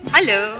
Hello